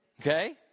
Okay